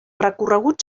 recorregut